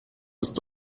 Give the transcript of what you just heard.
ist